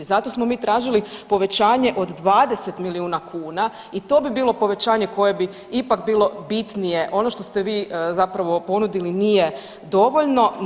Zato smo mi tražili povećanje od 20 milijuna kuna i to bi bilo povećanje koje bi ipak bilo bitnije ono što ste vi zapravo ponudili nije dovoljno.